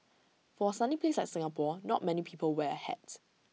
for A sunny place like Singapore not many people wear A hat